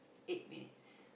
eight minutes